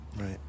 Right